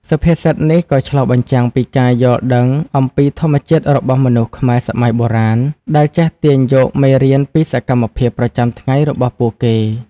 សុភាសិតនេះក៏ឆ្លុះបញ្ចាំងពីការយល់ដឹងអំពីធម្មជាតិរបស់មនុស្សខ្មែរសម័យបុរាណ ដែលចេះទាញយកមេរៀនពីសកម្មភាពប្រចាំថ្ងៃរបស់ពួកគេ។